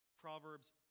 Proverbs